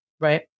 right